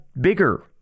bigger